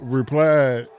replied